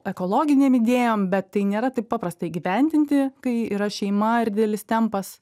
ekologinėm idėjom bet tai nėra taip paprasta įgyvendinti kai yra šeima ir didelis tempas